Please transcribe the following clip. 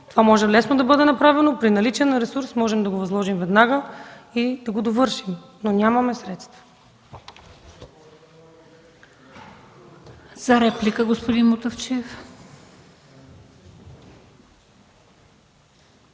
това може лесно да бъде направено. При наличие на ресурс можем да го възложим веднага и да го довършим, но нямаме средства.